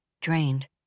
drained